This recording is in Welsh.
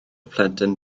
plentyn